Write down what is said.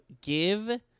give